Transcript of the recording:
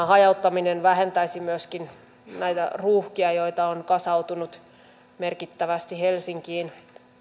hajauttaminen vähentäisi myöskin näitä ruuhkia joita on kasautunut merkittävästi helsinkiin